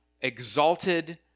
exalted